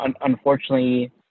unfortunately